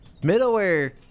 middleware